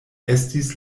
estis